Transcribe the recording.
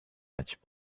much